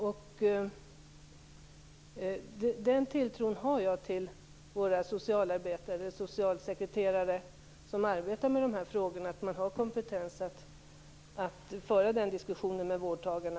Jag har tilltro till att de socialsekreterare som arbetar med de här frågorna har kompetensen att föra den diskussionen med vårdtagarna.